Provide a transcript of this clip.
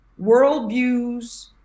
worldviews